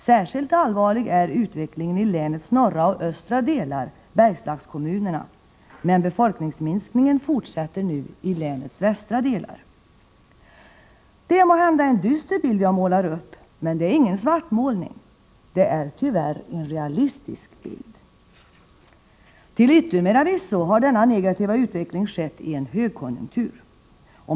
Särskilt allvarlig är utvecklingen i länets norra och östra delar, Bergslagskommunerna, men befolkningsminskningen fortsätter nu i länets västra delar. Det är måhända en dyster bild jag målar upp, men det är ingen svartmålning. Det är tyvärr en realistisk bild. Till yttermera visso har denna negativa utveckling skett i en högkonjunk tur.